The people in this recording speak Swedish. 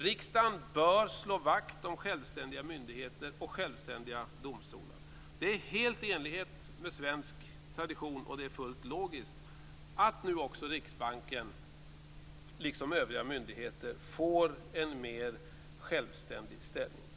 Riksdagen bör slå vakt om självständiga myndigheter och självständiga domstolar. Det är helt i enlighet med svensk tradition och det är fullt logiskt att nu också Riksbanken liksom övriga myndigheter får en mer självständig ställning.